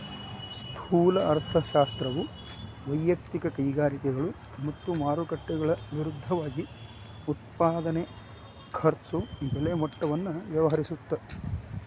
ಸ್ಥೂಲ ಅರ್ಥಶಾಸ್ತ್ರವು ವಯಕ್ತಿಕ ಕೈಗಾರಿಕೆಗಳು ಮತ್ತ ಮಾರುಕಟ್ಟೆಗಳ ವಿರುದ್ಧವಾಗಿ ಉತ್ಪಾದನೆ ಖರ್ಚು ಬೆಲೆ ಮಟ್ಟವನ್ನ ವ್ಯವಹರಿಸುತ್ತ